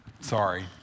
Sorry